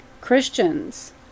Christians